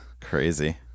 Crazy